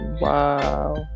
Wow